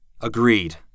Agreed